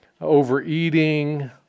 overeating